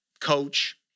coach